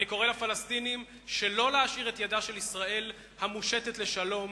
אני קורא לפלסטינים שלא להשאיר את ידה של ישראל המושטת לשלום